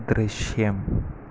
ദൃശ്യം